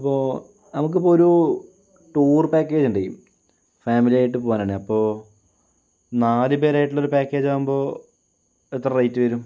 അപ്പോൾ നമുക്കിപ്പം ഒരു ടൂർ പാക്കേജ് ഉണ്ട് ഫാമിലിയായിട്ട് പോകാനാണേ അപ്പോൾ നാലുപേര് ആയിട്ടുള്ള ഒരു പാക്കേജ് ആകുമ്പോൾ എത്ര റേറ്റ് വരും